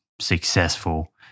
successful